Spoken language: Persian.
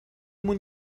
مون